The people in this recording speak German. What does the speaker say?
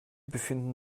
befinden